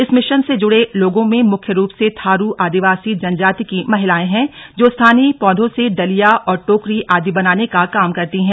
इस मिशन से जुड़े लोगों में मुख्य रूप से थारू आदिवासी जनजाति की महिलाएं हैं जो स्थानीय पौधों से डलिया और टोकरी आदि बनाने का काम करती हैं